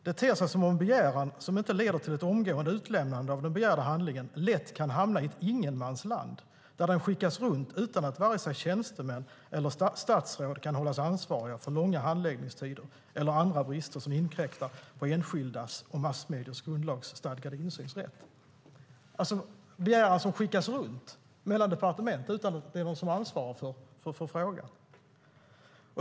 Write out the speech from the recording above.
"Det ter sig som om en begäran som inte leder till ett omgående utlämnande av den begärda handlingen lätt kan hamna i ett ingenmansland, där den skickas runt utan att vare sig tjänstemän eller statsråd kan hållas ansvariga för långa handläggningstider eller andra brister som inkräktar på enskildas och massmediers grundlagsstadgade insynsrätt." Begäran skickas alltså runt mellan departement utan att någon ansvarar för frågan.